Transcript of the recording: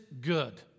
good